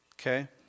Okay